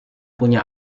punya